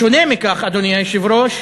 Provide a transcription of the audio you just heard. בשונה מכך, אדוני היושב-ראש,